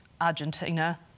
Argentina